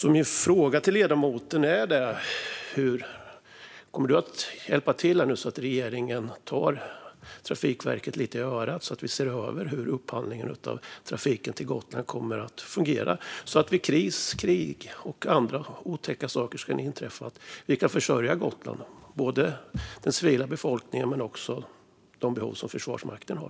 Min fråga till ledamoten är: Kommer ledamoten att hjälpa till här så att regeringen tar Trafikverket lite i örat och ser till att vi får en översyn av hur upphandlingen av trafiken till Gotland kommer att fungera? Vid kris, krig och andra otäcka saker som kan inträffa behöver vi kunna försörja Gotland, både den civila befolkningen och Försvarsmakten med de behov som de har.